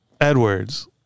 Edwards